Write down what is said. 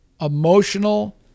emotional